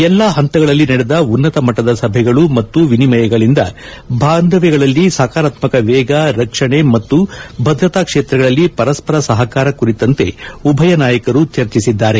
ಎಲ್ಲಾ ಪಂತಗಳಲ್ಲಿ ನಡೆದ ಉನ್ನತಮಟ್ಟದ ಸಭೆಗಳು ಮತ್ತು ವಿನಿಮಯಗಳಿಂದ ಬಾಂಧವ್ಗಗಳಲ್ಲಿ ಸಕಾರಾತ್ನಕ ವೇಗ ರಕ್ಷಣೆ ಮತ್ತು ಭದ್ರತಾ ಕ್ಷೇತ್ರಗಳಲ್ಲಿ ಪರಸ್ತರ ಸಹಕಾರ ಕುರಿತಂತೆ ಉಭಯ ನಾಯಕರು ಚರ್ಚಿಸಿದ್ದಾರೆ